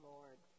Lord